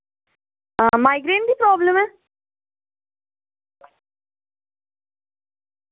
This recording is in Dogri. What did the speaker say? आं माइग्रेन दी प्रॉब्लम ऐ